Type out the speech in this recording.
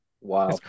Wow